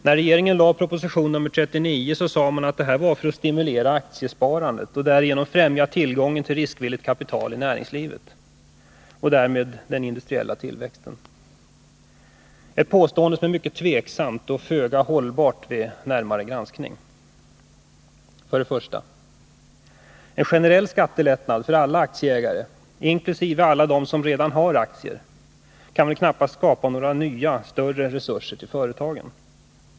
När regeringen lade fram proposition 39 sade den att det var för att stimulera aktiesparandet och därigenom främja tillgången till riskvilligt kapital i näringslivet och därmed industriell tillväxt — ett påstående som är mycket tveksamt och föga hållbart vid närmare granskning. För det första: En generell skattelättnad för alla aktieägare inkl. alla dem som redan har aktier kan väl knappast skapa några nya resurser för företagen?